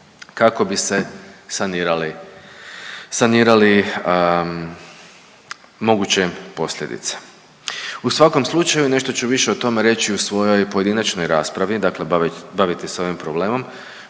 sanirali, sanirali moguće posljedice. U svakom slučaju nešto ću više o tome reći u svojoj pojedinačnoj raspravi, dakle baviti se ovim problemom.